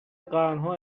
قرنها